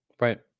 Right